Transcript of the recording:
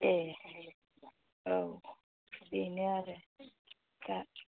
ए औ बेनो आरो दा